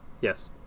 yes